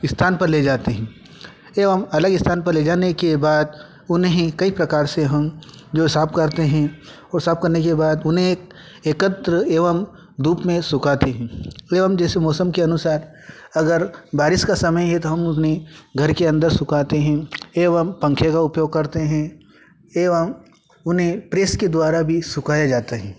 स्थान पर ले जाते हैं एवं अलग स्थान पर ले जाने के बाद उन्हें कई प्रकार से हम जो साफ करते हैं और साफ करने के बाद उन्हें एकत्र एवं धूप में सुखाते हैं एवं जैसे मौसम के अनुसार अगर बारिश का समय है तो हम अपनी घर के अंदर सुखाते हैं एवं पंखे का उपयोग करते हैं एवं उन्हें प्रेस के द्वारा भी सुखाया जाता है